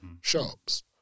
shops